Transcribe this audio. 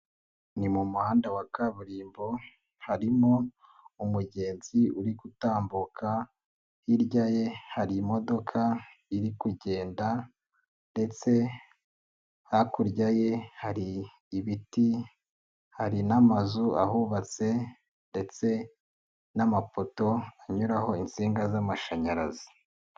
Ni mu muhanda wa kaburimbo harimo umugenzi uri gutambuka, hirya ye hari imodoka iri kugenda ndetse hakurya ye hari ibiti hari n'amazu ahubatse ndetse n'amapoto anyuraho insinga z'amashanyarazi.